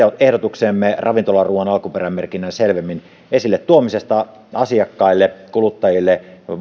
ehdotukseemme ravintolaruuan alkuperämerkinnän esille tuomisesta selvemmin asiakkaille kuluttajille